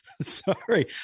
Sorry